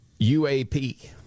UAP